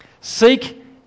Seek